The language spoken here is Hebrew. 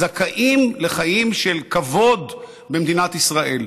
זכאים לחיים של כבוד במדינת ישראל.